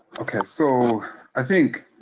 okay, so i think